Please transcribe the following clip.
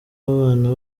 bana